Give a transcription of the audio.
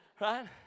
right